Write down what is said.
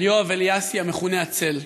על יואב אליאסי, המכונה "הצל".